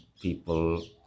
people